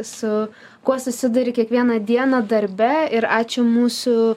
su kuo susiduri kiekvieną dieną darbe ir ačiū mūsų